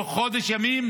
תוך חודש ימים,